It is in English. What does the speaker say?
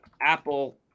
Apple